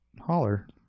holler